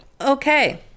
okay